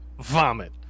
Vomit